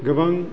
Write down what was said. गोबां